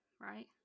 right